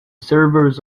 servers